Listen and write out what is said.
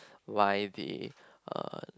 why the uh